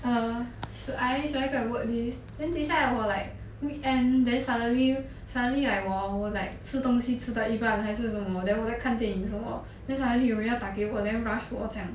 err should I should I go and work this then 等下我 like weekend then suddenly suddenly like 我我 like 吃东西吃到一半还是什么 then 我在看电影什么 then suddenly 有人要打给我 then rush 我这样